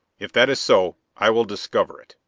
if that is so, i will discover it,